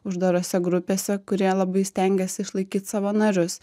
uždarose grupėse kurie labai stengiasi išlaikyt savo narius